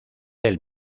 del